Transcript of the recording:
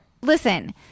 listen